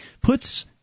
puts